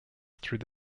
through